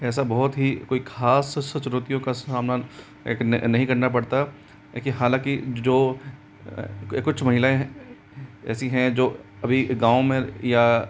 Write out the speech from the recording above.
ऐसा बहोत ही कोई ख़ास चुनौतियों का सामना नहीं करना पड़ता कि हालाँकि जो कुछ महिलाएँ हैं ऐसी हैं जो अभी गाँव में या